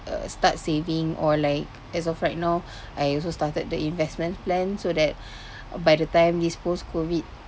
uh start saving or like as of right now I also started the investment plan so that by the time this post COVID